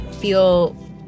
feel